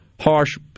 harsh